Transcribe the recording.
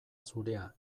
zurea